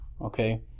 okay